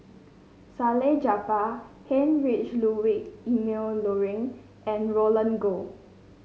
Salleh Japar Heinrich Ludwig Emil Luering and Roland Goh